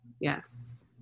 Yes